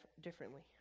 differently